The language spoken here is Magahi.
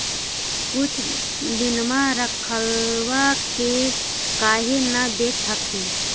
कुछ दिनमा रखबा के काहे न बेच हखिन?